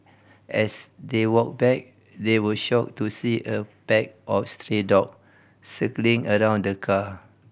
as they walked back they were shocked to see a pack of stray dog circling around the car